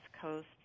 Coast